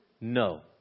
No